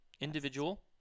individual